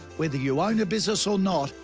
whether you own a business or not,